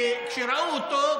וכשראו אותו,